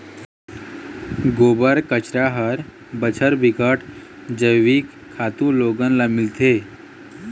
गोबर, कचरा हर बछर बिकट जइविक खातू लोगन ल मिलथे